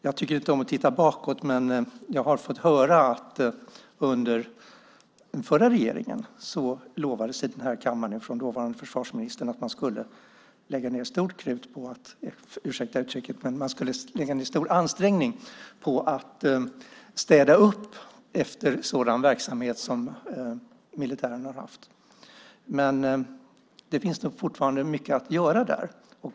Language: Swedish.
Jag tycker inte om att titta bakåt, men jag har fått höra att under den förra regeringen lovades det i den här kammaren av den dåvarande försvarsministern att man skulle göra stora ansträngningar på att städa upp efter sådan verksamhet som militären har haft. Men det finns fortfarande mycket att göra.